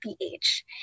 ph